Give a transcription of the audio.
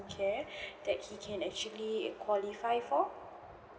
care that he can actually qualify for